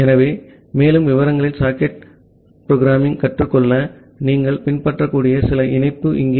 ஆகவே மேலும் விவரங்களில் சாக்கெட் நிரலாக்கத்தைக் கற்றுக்கொள்ள நீங்கள் பின்பற்றக்கூடிய சில இணைப்பு இங்கே